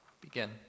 begin